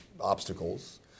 Obstacles